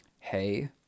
hey